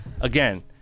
again